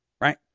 right